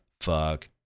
fuck